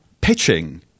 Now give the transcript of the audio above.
Pitching